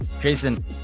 Jason